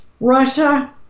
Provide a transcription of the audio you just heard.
Russia